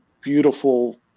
beautiful